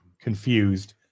confused